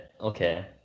okay